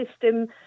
system